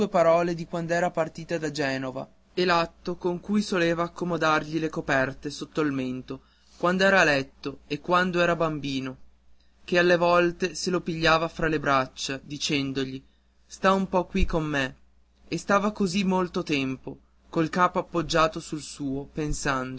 parole di quand'era partita da genova e l'atto con cui soleva accomodargli le coperte sotto il mento quando era a letto e quando era bambino che alle volte se lo pigliava fra le braccia dicendogli sta un po qui con me e stava così molto tempo col capo appoggiato sul suo